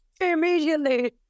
immediately